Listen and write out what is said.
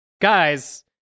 guys